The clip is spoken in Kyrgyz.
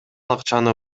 акчаны